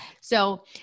So-